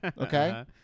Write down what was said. Okay